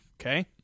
Okay